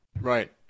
Right